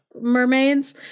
mermaids